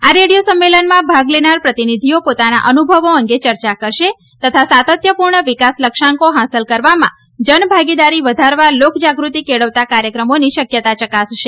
આ રેડિયો સંમેલનમાં ભાગ લેનાર પ્રતિનિધિઓ પોતાના અનુભવો અંગે ચર્ચા કરશે તથા સાતત્યપૂર્ણ વિકાસ લક્ષ્યાંકો હાંસલ કરવામાં જનભાગીદારી વધારવા લોકજાગૃતી કેળવતા કાર્યક્રમોની શક્યતા ચકાસશે